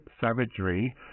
savagery